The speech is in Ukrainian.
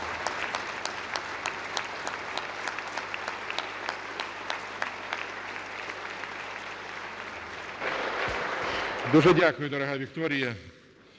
Дуже дякую, дорога Вікторіє.